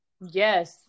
Yes